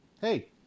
hey